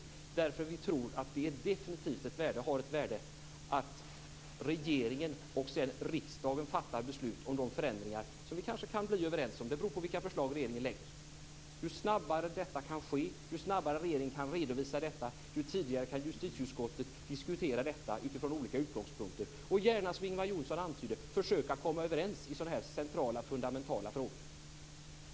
Vi tror nämligen att det definitivt har ett värde att regeringen och sedan riksdagen fattar ett beslut om de förändringar som vi kanske kan bli överens om - det beror på vilka förslag regeringen lägger fram. Ju snabbare detta kan ske, ju snabbare regeringen kan redovisa detta, desto tidigare kan justitieutskottet diskutera detta utifrån olika utgångspunkter och gärna, som Ingvar Johnsson antydde, försöka komma överens i sådana här centrala fundamentala frågor.